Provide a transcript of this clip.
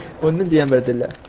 one of the and lead and